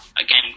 again